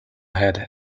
had